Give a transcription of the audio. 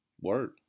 Word